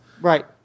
Right